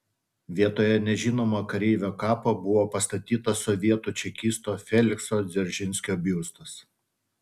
vietoje nežinomo kareivio kapo buvo pastatytas sovietų čekisto felikso dzeržinskio biustas